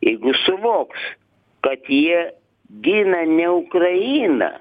jeigu suvoks kad jie gina ne ukrainą